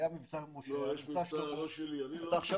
היה מבצע משה, היה מבצע שלמה, עכשיו